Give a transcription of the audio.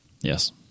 Yes